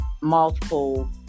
multiple